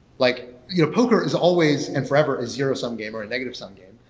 like you know poker is always and forever is zero-sum game or a negative-sum game,